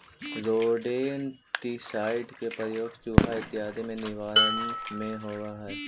rodenticide के प्रयोग चुहा इत्यादि के निवारण में होवऽ हई